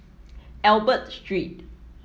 Albert Street